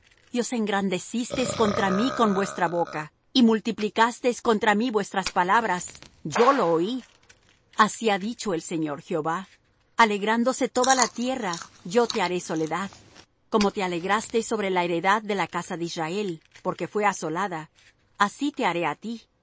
devorar y os engrandecisteis contra mí con vuestra boca y multiplicasteis contra mí vuestras palabras yo lo oí así ha dicho el señor jehová alegrándose toda la tierra yo te haré soledad como te alegraste sobre la heredad de la casa de israel porque fué asolada así te haré á ti